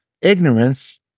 ignorance